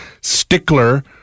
stickler